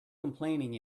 complaining